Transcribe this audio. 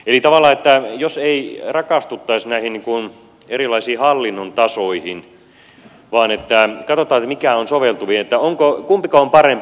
eli tavallaan jos ei rakastuttaisi näihin erilaisiin hallinnon tasoihin vaan katsottaisiin mikä on soveltuvin kumpiko on parempi